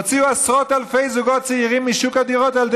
הוציאו עשרות אלפי זוגות צעירים משוק הדירות על ידי